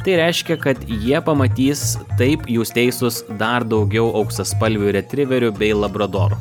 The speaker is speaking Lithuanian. tai reiškia kad jie pamatys taip jūs teisūs dar daugiau auksaspalvių retriverių bei labradorų